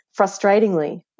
Frustratingly